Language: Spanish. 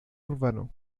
urbano